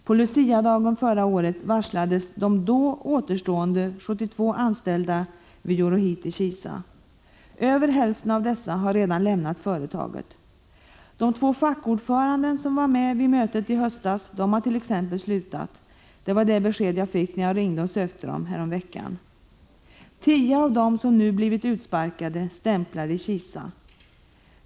På Luciadagen förra året varslades de då återstående 72 anställda vid Euroheat i Kisa. Över hälften av dessa har redan lämnat företaget. De två fackordförande som var med vid mötet i höstas har t.ex. slutat — det var det besked jag fick när jag ringde och sökte dem häromveckan. Tio av dem som blivit utsparkade stämplar i Kisa.